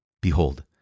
Behold